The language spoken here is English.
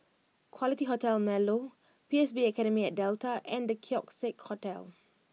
Quality Hotel Marlow P S B Academy at Delta and The Keong Saik Hotel